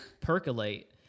percolate